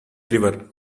river